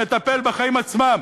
מטפל בחיים עצמם,